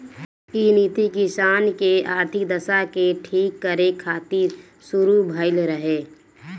इ नीति किसान के आर्थिक दशा के ठीक करे खातिर शुरू भइल रहे